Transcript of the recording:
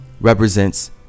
represents